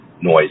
noise